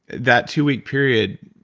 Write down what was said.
that two week period,